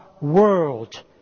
world